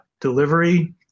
delivery